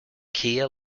kia